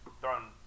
throwing